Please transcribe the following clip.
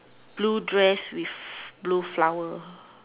blue dress with blue flower